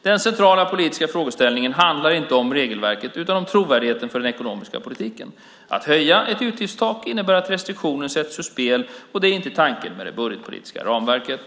Den centrala politiska frågeställningen handlar inte om regelverket utan om trovärdigheten för den ekonomiska politiken. Att höja ett utgiftstak innebär att restriktionen sätts ur spel, och det är inte tanken med det budgetpolitiska ramverket.